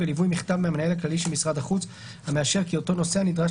בליווי מכתב מהמנהל הכללי של משרד החוץ המאשר כי אותו נוסע נדרש